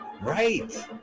Right